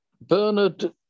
Bernard